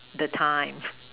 the time